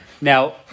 now